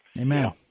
Amen